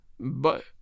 But